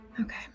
Okay